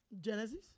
Genesis